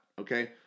okay